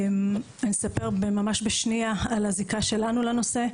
אני אספר ממש בשנייה על הזיקה שלנו לנושא.